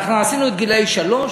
אנחנו עשינו חינוך לגילאי שלוש,